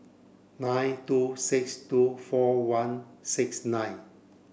nine two six two four one six nine